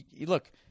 Look